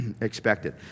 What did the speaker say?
expected